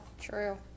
True